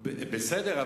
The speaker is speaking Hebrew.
בסדר,